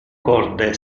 corde